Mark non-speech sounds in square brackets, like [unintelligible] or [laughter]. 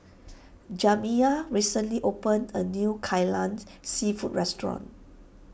Jamiya recently opened a new Kai Lan [unintelligible] Seafood restaurant